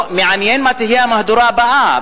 מעניין מה תהיה המהדורה הבאה.